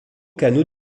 canaux